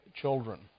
children